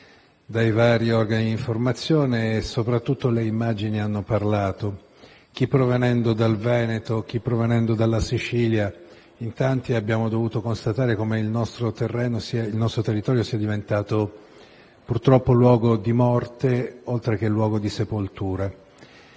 dai vari organi di informazione e soprattutto le immagini hanno parlato. Chi provenendo dal Veneto, chi provenendo dalla Sicilia, in tanti abbiamo dovuto constatare come il nostro territorio sia diventato, purtroppo, luogo di morte oltre che luogo di sepoltura.